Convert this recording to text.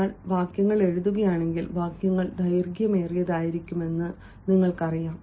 നിങ്ങൾ വാക്യങ്ങൾ എഴുതുകയാണെങ്കിൽ വാക്യങ്ങൾ ദൈർഘ്യമേറിയതായിരിക്കുമെന്ന് നിങ്ങൾക്കറിയാം